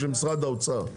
ושל משרד האוצר.